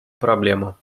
проблему